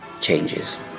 changes